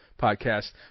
podcast